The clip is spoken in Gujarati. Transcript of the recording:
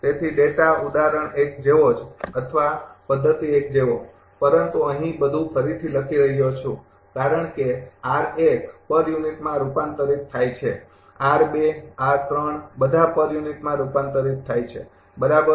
તેથી ડેટા ઉદાહરણ ૧ જેવો જ અથવા પદ્ધતિ ૧ જેવો પરંતુ અહીં બધું ફરીથી લખી રહયો છું કારણ કે પર યુનિટમાં રૂપાંતરિત થાય છે બધા પર યુનિટમાં રૂપાંતરિત થાય છે બરાબર